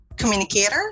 Communicator